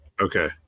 okay